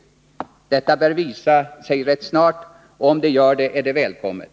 Om detta kommer att lyckas bör visa sig rätt snart, och om det gör det, är det välkommet.